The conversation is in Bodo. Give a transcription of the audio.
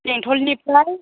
बेंटलनिफ्राय